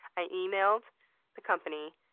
i emailed the company,